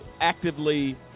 actively